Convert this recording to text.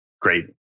great